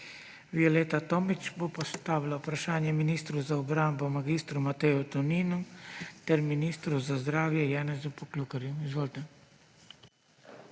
Violeta Tomić bo postavila vprašanje ministru za obrambo mag. Mateju Toninu ter ministru za zdravje, Janez Poklukarju. Izvolite.